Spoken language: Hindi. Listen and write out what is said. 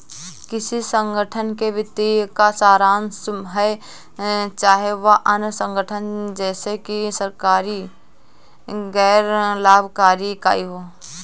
किसी संगठन के वित्तीय का सारांश है चाहे वह अन्य संगठन जैसे कि सरकारी गैर लाभकारी इकाई हो